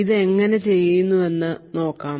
ഇത് എങ്ങനെ ചെയ്തുവെന്ന് നമുക്ക് നോക്കാം